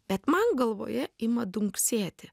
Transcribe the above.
bet man galvoje ima dunksėti